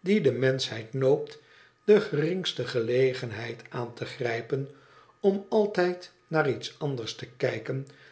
die de menschheid noopt de geringste gelegenheid aan te grijpen om altijd naar iets anders te kijken